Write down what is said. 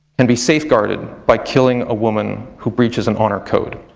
can be safeguarded by killing a woman who breaches an honour code.